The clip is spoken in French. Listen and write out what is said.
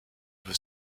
veut